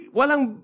walang